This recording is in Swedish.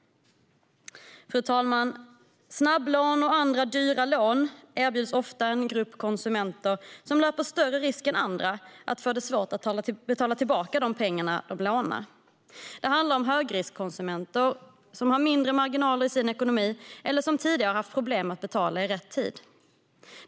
Fru talman! Snabblån och andra dyra lån erbjuds ofta till en grupp konsumenter som löper större risk än andra att få det svårt att betala tillbaka de pengar de lånar. Det handlar om högriskkonsumenter som har mindre marginaler i sin ekonomi eller som tidigare har haft problem med att betala i rätt tid.